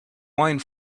wine